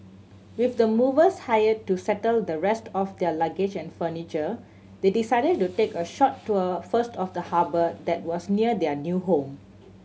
with the movers hired to settle the rest of their luggage and furniture they decided to take a short tour first of the harbour that was near their new home